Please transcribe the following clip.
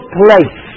place